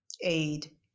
aid